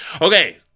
Okay